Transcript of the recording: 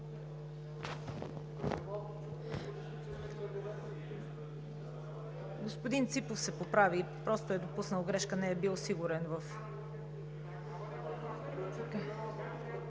Господин Ципов се поправи, просто е допуснал грешка, не е бил сигурен в…